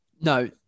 No